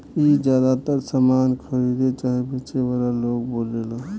ई ज्यातर सामान खरीदे चाहे बेचे वाला लोग बोलेला